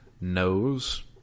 knows